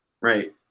right